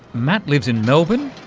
matt lives in melbourne,